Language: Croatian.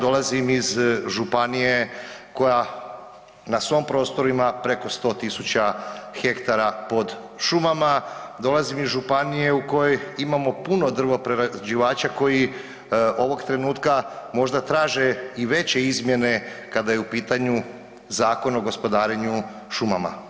Dolazim iz županije koja na svom prostoru ima preko 100.000 hektara pod šumama, dolazim iz županije u kojoj imamo puno drvoprerađivača koji ovog trenutka možda traže i veće izmjene kada je u pitanju Zakon o gospodarenju šumama.